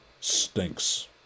stinks